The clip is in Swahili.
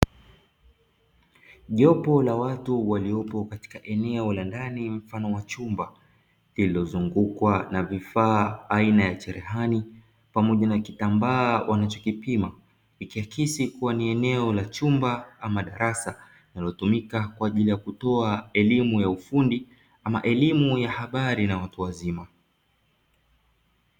Jopo la watu waliopo katika eneo la ndani mfano wa chumba, lililozungukwa na vifaa aina ya cherehani pamoja na kitambaa wanachokipima, ikiakisi kuwa ni eneo la chumba ama darasa linalotumika kwa ajili ya kutoa elimu ya ufundi ama elimu ya habari na watu wazima.